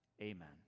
Amen